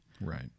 Right